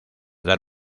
dar